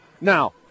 Now